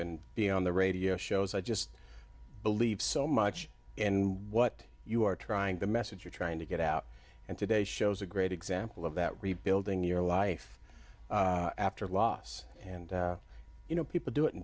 and being on the radio shows i just believe so much in what you are trying the message you're trying to get out and today shows a great example of that rebuilding your life after loss and you know people do it in